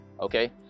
okay